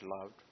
loved